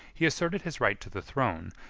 he asserted his right to the throne,